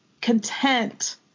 content